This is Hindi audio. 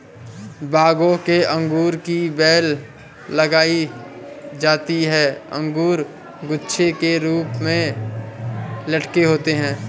बागों में अंगूर की बेल लगाई जाती है अंगूर गुच्छे के रूप में लटके होते हैं